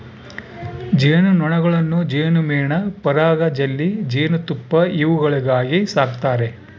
ಜೇನು ನೊಣಗಳನ್ನು ಜೇನುಮೇಣ ಪರಾಗ ಜೆಲ್ಲಿ ಜೇನುತುಪ್ಪ ಇವುಗಳಿಗಾಗಿ ಸಾಕ್ತಾರೆ